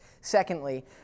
Secondly